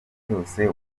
cyose